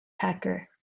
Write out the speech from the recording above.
hacker